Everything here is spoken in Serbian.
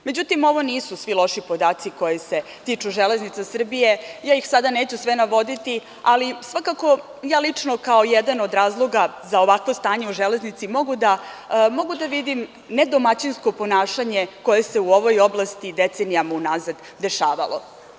Međutim, ovo nisu svi loši podaci koji se tiču železnice Srbije, ja ih sada neću sve navoditi, ali, svakako, ja lično, kao jedan od razloga za ovakvo stanje u železnici mogu da vidim ne domaćinsko ponašanje, koje se u ovoj oblasti decenijama unazad dešavalo.